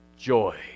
joy